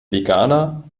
veganer